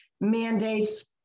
mandates